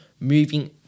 moving